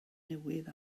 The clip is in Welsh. newydd